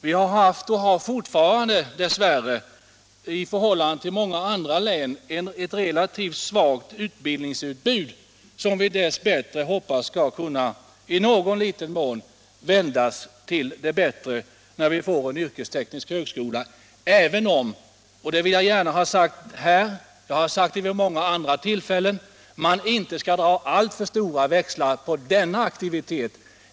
Vi har haft och har fortfarande dess värre i förhållande till många andra län ett relativt svagt utbildningsutbud, en omständighet som vi hoppas i någon liten mån skall kunna vändas till det bättre när vi får en yrkesteknisk högskola, även om man inte — och det vill jag gärna ha sagt här; jag har sagt det vid många andra tillfällen — skall dra alltför stora växlar på den aktiviteten.